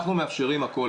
אנחנו מאפשרים הכול,